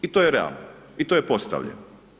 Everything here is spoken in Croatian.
I to je realno i to je postavljeno.